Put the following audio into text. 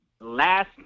Last